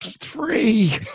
three